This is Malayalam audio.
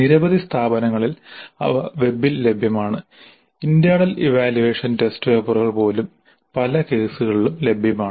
നിരവധി സ്ഥാപനങ്ങളിൽ അവ വെബിൽ ലഭ്യമാണ് ഇന്റെർണൽ ഇവാല്യുവേഷൻ ടെസ്റ്റ് പേപ്പറുകൾ പോലും പല കേസുകളിലും ലഭ്യമാണ്